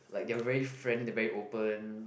like they're very friend they very open